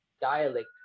dialect